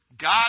God